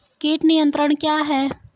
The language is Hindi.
कीट नियंत्रण क्या है?